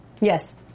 Yes